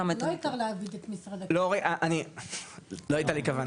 גם את ה- לא העיקר ל- לא הייתה לי כוונה.